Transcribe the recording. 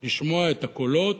לשמוע את הקולות.